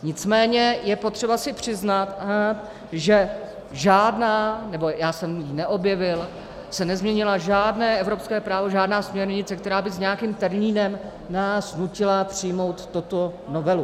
Nicméně je potřeba si přiznat, že žádná, nebo já jsem ji neobjevil, se nezměnilo žádné evropské právo, žádná směrnice, která by s nějakým termínem nás nutila přijmout tuto novelu.